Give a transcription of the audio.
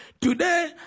Today